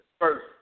first